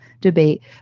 debate